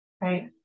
Right